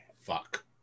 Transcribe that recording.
Fuck